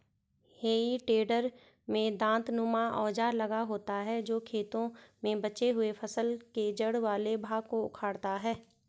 हेइ टेडर में दाँतनुमा औजार लगा होता है जो खेतों में बचे हुए फसल के जड़ वाले भाग को उखाड़ता है